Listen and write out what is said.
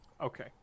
Okay